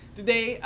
today